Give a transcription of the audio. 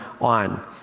on